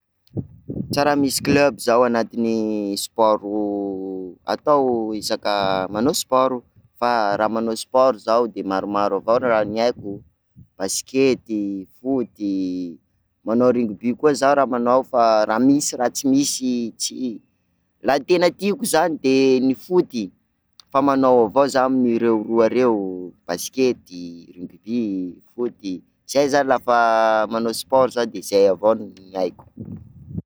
Tsy raha misy club zaho anatin'ny sport atao isaka manao sport, fa raha manao sport zaho de maromaro avao raha ny haiko: baskety, foty, manao rugby koa zaho raha manao fa raha misy, raha tsy misy tsy- la tena tiako zany dia ny foty e, fa manao avao zaho amin'ireo roa reo, baskety i foty, zay zany la fa manao sport zaho de zay avao no haiko.